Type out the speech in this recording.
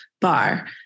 bar